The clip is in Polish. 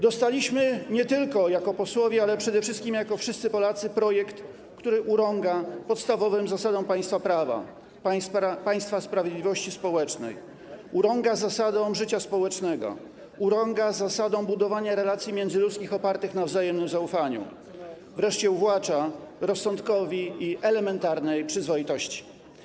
Dostaliśmy nie tylko jako posłowie, ale przede wszystkim jako wszyscy Polacy projekt, który urąga podstawowym zasadom państwa prawa, państwa sprawiedliwości społecznej, urąga zasadom życia społecznego, urąga zasadom budowania relacji międzyludzkich opartych na wzajemnym zaufaniu, wreszcie uwłacza rozsądkowi i elementarnej przyzwoitości.